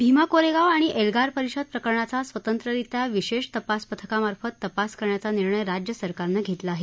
भिमा कोरेगाव आणि एल्गार परिषद प्रकरणाचा स्वतंत्ररित्या विशेष तपास पथकामार्फत तपास करण्याचा निर्णय राज्य सरकारने घेतला आहे